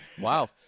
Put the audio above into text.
Wow